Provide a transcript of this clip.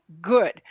good